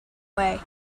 way